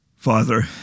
Father